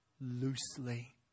loosely